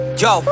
yo